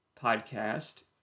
podcast